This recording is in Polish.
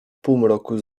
półmroku